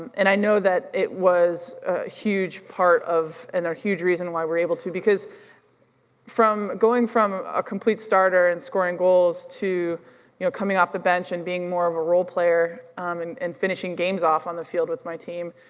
i know that it was a huge part of and a huge reason why we're able to because going from a complete starter and scoring goals to you know coming off the bench and being more of a role player and and finishing games off on the field with my team,